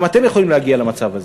גם אתם יכולים להגיע למצב הזה.